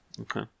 Okay